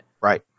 right